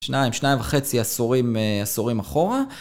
שניים, שניים וחצי, עשורים, עשורים אחורה.